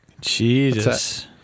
Jesus